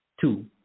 Two